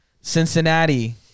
Cincinnati